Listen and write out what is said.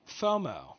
FOMO